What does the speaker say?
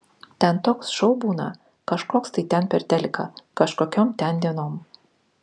ten toks šou būna kažkoks tai ten per teliką kažkokiom ten dienom